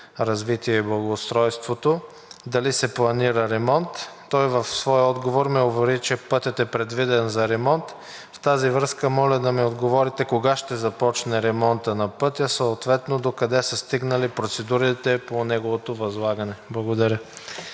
развитие и благоустройството дали се планира ремонт. Той в своя отговор ме увери, че пътят е предвиден за ремонт. В тази връзка моля да ми отговорите: кога ще започне ремонта, съответно докъде са стигнали процедурите по неговото възлагане? Благодаря.